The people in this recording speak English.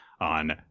On